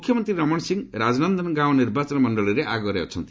ମୁଖ୍ୟମନ୍ତ୍ରୀ ରମଣ ସିଂହ ରାଜନନ୍ଦନ ଗାଓଁ ନିର୍ବାଚନ ମଣ୍ଡଳୀରେ ଆଗରେ ଅଛନ୍ତି